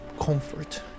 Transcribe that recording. comfort